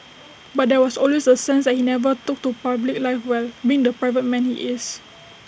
but there was always the sense that he never took to public life well being the private man he is